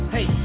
Hey